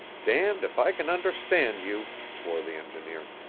damned if i can understand you, swore the engineer.